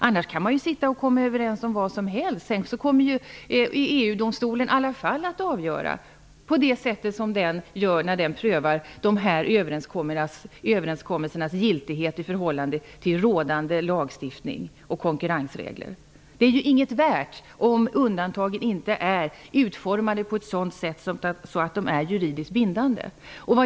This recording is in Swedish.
Annars kan man komma överens om vad som helst, och EU domstolen kommer i alla fall att avgöra, på samma sätt som när den prövar överenskommelsernas giltighet i förhållande till rådande lagstiftning och konkurrensregler. Det är ingenting värt om undantagen inte är utformade på ett sådant sätt att de är juridiskt bindande.